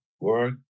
work